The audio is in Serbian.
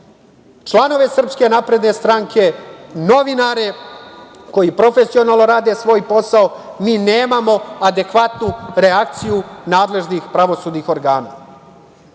članove SNS, novinare koji profesionalno rade svoj posao, mi nemamo adekvatnu reakciju nadležnih pravosudnih organa.